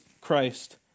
Christ